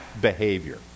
behavior